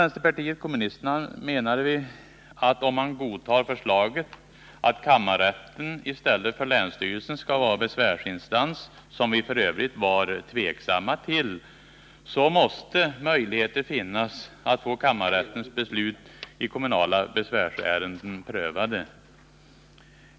Vänsterpartiet kommunisterna menar att om man godtar förslaget att kammarrätten i stället för länsstyrelsen skall vara första besvärsinstans — något som vi f. ö. var tveksamma till — måste möjligheter finnas att få kammarrättens beslut i kommunala besvärsärenden prövade.